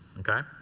okay.